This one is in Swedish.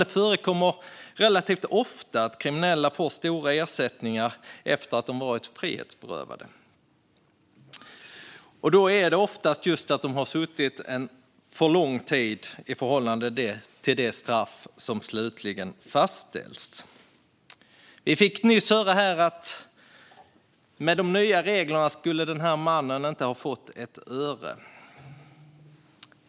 Det förekommer relativt ofta att kriminella får stora ersättningar efter att ha varit frihetsberövade. Då handlar det oftast just om att de har suttit för lång tid i förhållande till det straff som slutligen fastställts. Vi fick nyss höra här att den här mannen med de nya reglerna inte skulle ha fått ett öre.